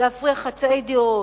להפריח חצאי דעות?